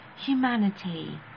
humanity